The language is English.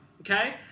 okay